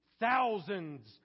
thousands